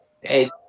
Hey